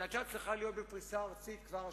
שהיתה צריכה להיות בפריסה ארצית כבר השנה,